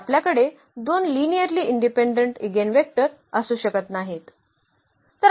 तर आपल्याकडे दोन लिनिअर्ली इंडिपेंडेंट इगेंवेक्टर असू शकत नाहीत